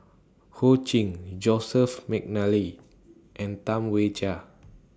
Ho Ching Joseph Mcnally and Tam Wai Jia